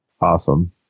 awesome